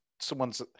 someone's